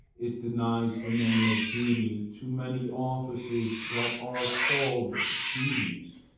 it denies the name of duty to many offices that are called duties.